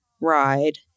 ride